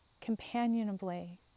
companionably